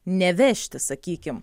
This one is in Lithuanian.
nevežti sakykim